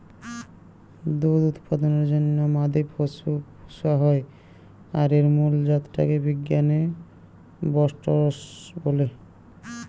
দুধ উৎপাদনের জন্যে মাদি পশু পুশা হয় আর এর মুল জাত টা কে বিজ্ঞানে বস্টরস বলে